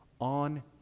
on